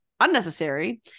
unnecessary